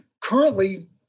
Currently